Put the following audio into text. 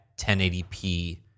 1080p